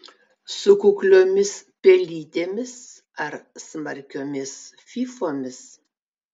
su kukliomis pelytėmis ar smarkiomis fyfomis